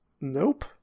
Nope